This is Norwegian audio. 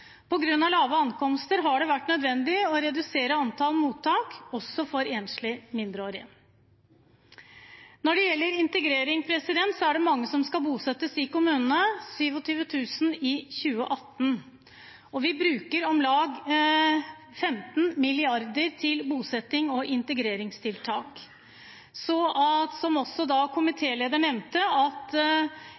av lave ankomster har det vært nødvendig å redusere antall mottak også for enslige mindreårige. Når det gjelder integrering, er det mange som skal bosettes i kommunene, 27 000 i 2018. Vi bruker om lag 15 mrd. kr til bosetting og integreringstiltak. Siden komitélederen nevnte at